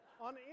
on